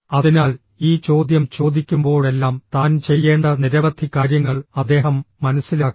അതിനാൽ ഈ ചോദ്യം ചോദിക്കുമ്പോഴെല്ലാം താൻ ചെയ്യേണ്ട നിരവധി കാര്യങ്ങൾ അദ്ദേഹം മനസ്സിലാക്കി